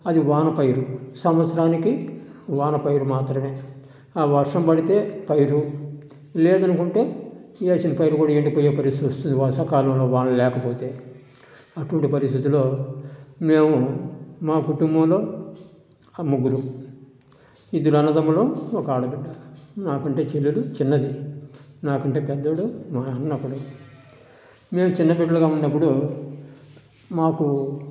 అది వాన పైరు సంవత్సరానికి వాన పైరు మాత్రమే వర్షం పడితే పైరు లేదు అనుకుంటే వేసిన పైరు కూడా ఎండిపోయే పరిస్థితి వస్తుంది వర్షాకాలంలో వర్షాలు లేకుంటే అటువంటి పరిస్థితుల్లో మేము మా కుటుంబంలో ముగ్గురు ఇద్దరు అన్నదమ్ములం ఒక ఆడబిడ్డ నాకంటే చెల్లెలు చిన్నది నాకంటే పెద్దోడు మా అన్న ఒకడు మేము చిన్న బిడ్డలుగా ఉన్నప్పుడు మాకు